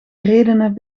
redenen